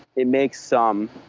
it makes some